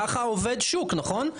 ככה עובד שוק, נכון?